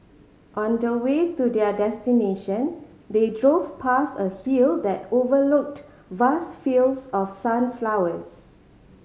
on the way to their destination they drove past a hill that overlooked vast fields of sunflowers